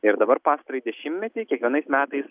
ir dabar pastarąjį dešimtmetį kiekvienais metais